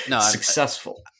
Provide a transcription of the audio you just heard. Successful